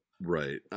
Right